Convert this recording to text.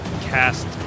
cast